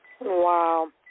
Wow